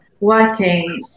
Working